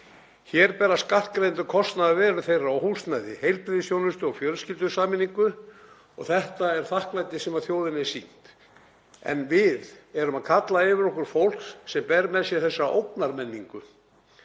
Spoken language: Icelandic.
Hér bera skattgreiðendur kostnað af veru þeirra og húsnæði, heilbrigðisþjónustu og fjölskyldusameiningu og þetta er þakklætið sem þjóðinni er sýnt. Við erum að kalla yfir okkur fólk sem ber með sér þessa ógnarmenningu,